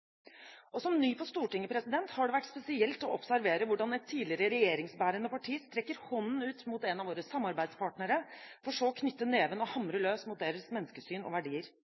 Som ny på Stortinget har det vært spesielt å observere hvordan et tidligere regjeringsbærende parti strekker hånden ut mot en av våre samarbeidspartnere for så å knytte neven og hamre løs mot deres menneskesyn og verdier.